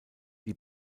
die